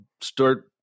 start